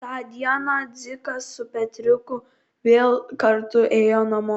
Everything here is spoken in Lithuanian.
tą dieną dzikas su petriuku vėl kartu ėjo namo